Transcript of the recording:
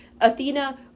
Athena